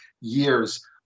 years